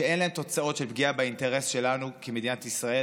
שאין להם תוצאות של פגיעה באינטרס שלנו כמדינת ישראל,